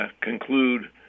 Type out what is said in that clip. conclude